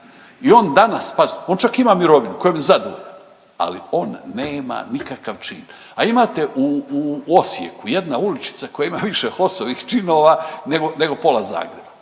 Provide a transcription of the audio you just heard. I on danas, pazite on čak ima mirovinu kojom je zadovoljan, ali on nema nikakav čin. A imate u Osijeku jedna uličica koja ima više HOS-ovih činova nego pola Zagreba.